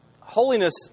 holiness